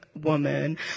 woman